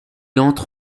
entre